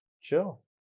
Chill